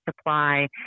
supply